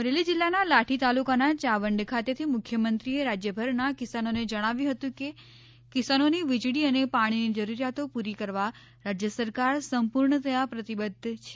અમરેલી જિલ્લાના લાઠી તાલુકાના યાવંડ ખાતેથી મુખ્યમંત્રીએ રાજ્યભરના કિસાનોને જણાવ્યું હતું કે કિસાનોની વીજળી અને પાણીની જરૂરિયાતો પૂરી કરવા રાજ્ય સરકાર સંપૂર્ણતથા પ્રતિબદ્ધ છે